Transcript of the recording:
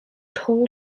toll